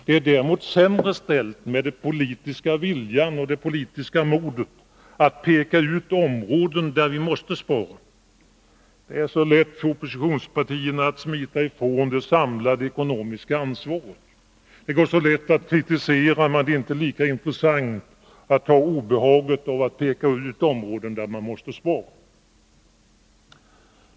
Det är däremot sämre ställt med den politiska viljan och det politiska modet att peka ut områden där vi måste spara. Det är så lätt för oppositionspartierna att smita ifrån det samlade ekonomiska ansvaret. Det går så lätt att kritisera, men det är inte lika intressant att ta obehaget av att peka ut områden där man måste spara.